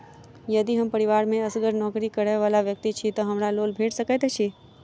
यदि हम परिवार मे असगर नौकरी करै वला व्यक्ति छी तऽ हमरा लोन भेट सकैत अछि?